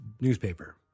newspaper